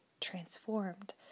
transformed